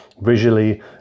visually